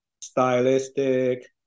stylistic